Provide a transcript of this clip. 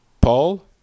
Paul